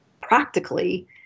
practically